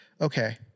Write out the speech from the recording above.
okay